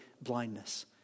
blindness